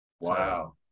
wow